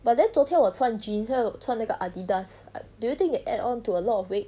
but then 昨天我穿 jeans 还有穿那个 adidas do you think they add on to a lot of weight